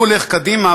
הוא הולך קדימה,